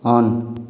on